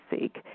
seek